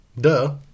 Duh